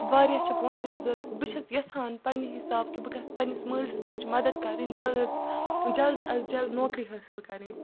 وارِیاہ چھِ پۄنٛسَن ہٕنٛز ضوٚرَتھ بہٕ چھَس یَژھان پنٛنہِ حِساب کہِ بہٕ گژھٕ پنٛنِس مٲلِس ماجہِ مَدَد کَرٕنۍ جلد جلد آز جلد نوکری حٲصِل کَرٕنۍ